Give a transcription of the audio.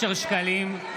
(קורא בשם חבר הכנסת) אושר שקלים,